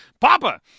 Papa